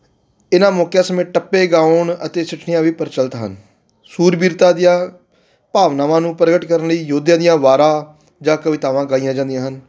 ਇਹਨਾਂ ਮੌਕਿਆਂ ਸਮੇਤ ਟੱਪੇ ਗਾਉਣ ਅਤੇ ਸਿੱਠਣੀਆ ਵੀ ਪ੍ਰਚਲਿਤ ਹਨ ਸੂਰਬੀਰਤਾ ਦੀਆਂ ਭਾਵਨਾਵਾਂ ਨੂੰ ਪ੍ਰਗਟ ਕਰਨ ਲਈ ਯੋਧਿਆਂ ਦੀਆਂ ਵਾਰਾਂ ਜਾਂ ਕਵਿਤਾਵਾਂ ਗਾਈਆਂ ਜਾਂਦੀਆਂ ਹਨ